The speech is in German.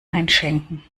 einschenken